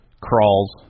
crawls